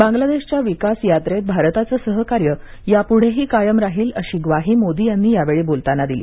बांगलादेशच्या विकास यात्रेत भारताचं सहकार्य या पुढेही कायम राहील अशी ग्वाही मोदी यांनी यावेळी बोलताना दिली